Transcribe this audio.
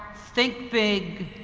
think big.